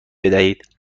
بدهید